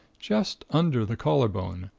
just under the collarbone,